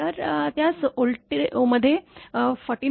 तर त्यास व्होल्ट मध्ये 49